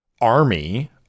army